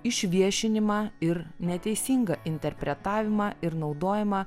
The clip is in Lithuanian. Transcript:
išviešinimą ir neteisingą interpretavimą ir naudojimą